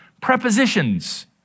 prepositions